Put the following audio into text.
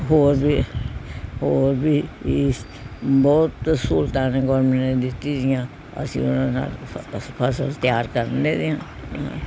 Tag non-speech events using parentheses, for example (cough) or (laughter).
ਹੋਰ ਵੀ ਹੋਰ ਵੀ ਈਸਟ ਬਹੁਤ ਸਹੂਲਤਾਂ (unintelligible) ਗੌਰਮੈਂਟ ਨੇ ਦਿੱਤੇ ਦੀਆਂ ਅਸੀਂ ਉਹਨਾਂ ਨਾਲ (unintelligible) ਫ਼ਸਲ ਤਿਆਰ ਕਰਨ ਲੈਂਦੇ ਹਾਂ (unintelligible)